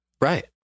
right